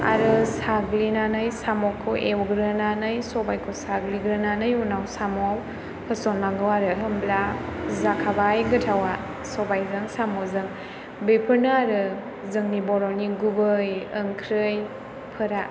आरो साग्लिनानै साम'खौ एवग्रोनानै सबाइखौ साग्लिग्रोनानै उनाव साम'आव होसननांगौ आरो होनब्ला जाखाबाय गोथावा सबाइजों साम'जों बेफोरनो आरो जोंनि बर'नि गुबै ओंख्रिफोरा